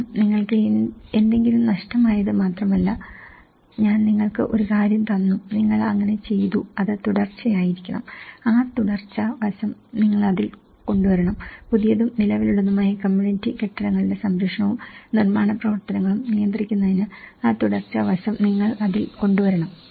കാരണം നിങ്ങൾക്ക് എന്തെങ്കിലും നഷ്ടമായത് മാത്രമല്ല ഞാൻ നിങ്ങൾക്ക് ഒരു കാര്യം തന്നു നിങ്ങൾ അങ്ങനെ ചെയ്തു അത് തുടർച്ചയായിരിക്കണം ആ തുടർച്ച വശം നിങ്ങൾ അതിൽ കൊണ്ടുവരണം പുതിയതും നിലവിലുള്ളതുമായ കമ്മ്യൂണിറ്റി കെട്ടിടങ്ങളുടെ സംരക്ഷണവും നിർമ്മാണ പ്രവർത്തനങ്ങളും നിയന്ത്രിക്കുന്നതിന് ആ തുടർച്ച വശം നിങ്ങൾ അതിൽ കൊണ്ടുവരണം